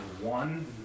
one